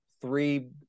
three